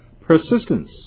Persistence